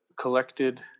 collected